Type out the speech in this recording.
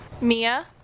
Mia